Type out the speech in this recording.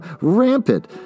rampant